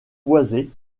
boisée